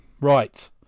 right